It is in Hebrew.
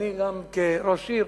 גם אני כראש עיר,